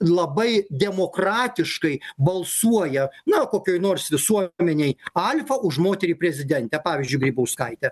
labai demokratiškai balsuoja na kokioj nors visuomenėj alfa už moterį prezidentę pavyzdžiui grybauskaitę